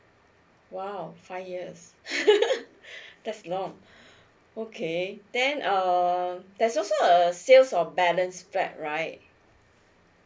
!wow! five years that's long okay then um there's also a sale of balance flats right